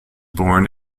born